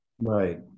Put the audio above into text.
Right